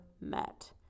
met